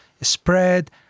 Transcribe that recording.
spread